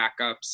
backups